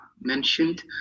mentioned